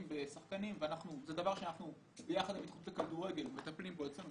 בשחקנים וזה דבר שאנחנו מנסים לטפל בו אצלנו.